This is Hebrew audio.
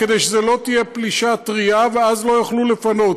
כדי שזו לא תהיה פלישה טרייה ואז לא יוכלו לפנות.